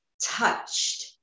touched